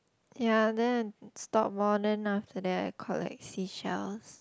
ya then I stop lor then after that I collect seashells